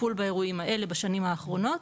הטיפול באירועים האלה בשנים האחרונות.